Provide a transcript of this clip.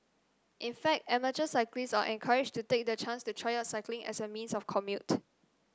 in fact amateur cyclists are encouraged to take the chance to try out cycling as a means of commute